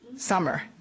Summer